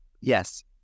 Yes